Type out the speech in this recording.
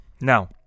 Now